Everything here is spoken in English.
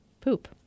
poop